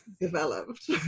developed